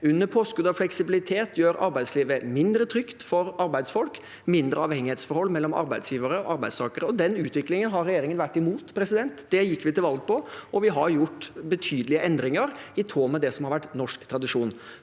under påskudd av fleksibilitet som gjør arbeidslivet mindre trygt for arbeidsfolk, og gir mindre avhengighetsforhold mellom arbeidsgivere og arbeidstakere. Den utviklingen har regjeringen vært imot. Det gikk vi til valg på, og vi har gjort betydelige endringer i tråd med det som har vært norsk tradisjon.